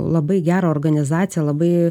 labai gerą organizaciją labai